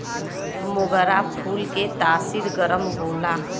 मोगरा फूल के तासीर गरम होला